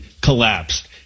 collapsed